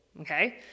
okay